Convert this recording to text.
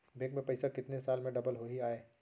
Bank में पइसा कितने साल में डबल होही आय?